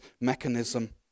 mechanism